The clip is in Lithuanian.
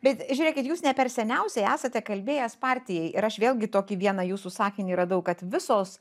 bet žiūrėkit jūs ne per seniausiai esate kalbėjęs partijai ir aš vėlgi tokį vieną jūsų sakinį radau kad visos